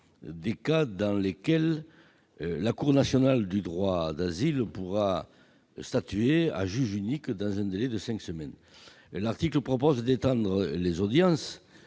des cas dans lesquels la Cour nationale du droit d'asile pourra statuer à juge unique dans un délai de cinq semaines. En effet, l'article 6 étend les audiences